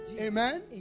Amen